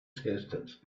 tasted